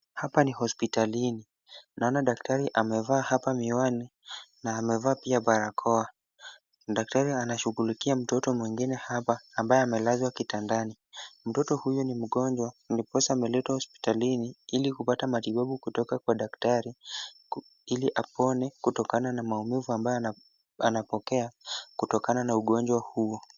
Hapa ni hospitalini. Naona daktari amevaa hapa miwani na amevaa pia barakoa. Daktari anashughulikia mtoto mwingine hapa ambaye amelazwa kitandani. Mtoto huyu ni mgonjwa ndiposa ameletwa hospitalini ili kupata matibabu kutoka kwa daktari ili apone kutokana na maumivu ambayo anapokea kutokana na ugonjwa huo.